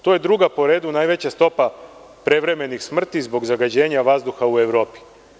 To je druga po redu najveća stopa prevremenih smrti zbog zagađenja vazduha u Evropi.